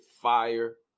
fire